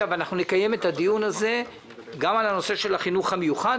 ואנחנו נקיים דיון גם על נושא החינוך המיוחד.